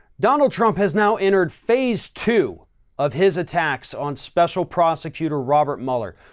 donald trump has now entered phase two of his attacks on special prosecutor robert mueller.